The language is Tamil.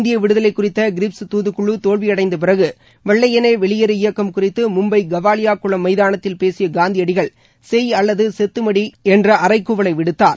இந்திய விடுதலை குறித்த கிரிப்ஸ் தூதுக்குழு தோலியடைந்த பிறகு வெள்ளையனே வெளியேறு இயக்கம் குறித்து மும்பை கவ்வாலியா குளம் மைதானத்தில் பேசிய காந்தியடிகள் செய் அல்லது செத்துமடி என்ற அரைகூவலை விடுத்தார்